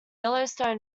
yellowstone